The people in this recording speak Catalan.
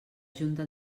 junta